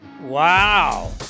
Wow